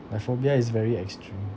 my phobia is very extreme